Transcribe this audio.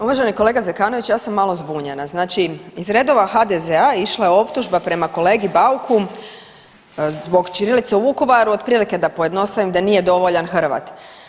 Uvaženi kolega Zekanović, ja sam malo zbunjena, znači iz redova HDZ-a išla je optužba prema kolegi Bauku zbog ćirilice u Vukovaru, otprilike da pojednostavim da nije dovoljan Hrvat.